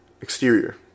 Exterior